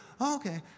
Okay